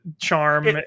charm